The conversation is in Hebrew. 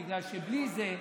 בגלל שבלי זה,